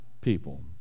people